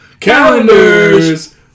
Calendars